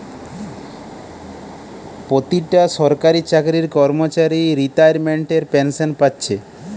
পোতিটা সরকারি চাকরির কর্মচারী রিতাইমেন্টের পেনশেন পাচ্ছে